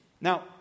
Now